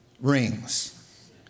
rings